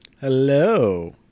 Hello